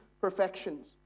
perfections